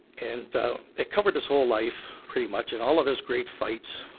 and it covered his whole life pretty much, and all of his great fights.